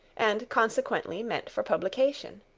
and consequently meant for publication.